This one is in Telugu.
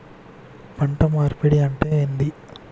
పంట మార్పిడి అంటే ఏంది?